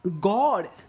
God